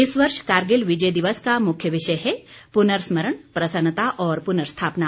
इस वर्ष कारगिल विजय दिवस का मुख्य विषय है पुर्नस्मरण प्रसन्नता और पुर्नस्थापना